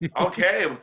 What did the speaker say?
Okay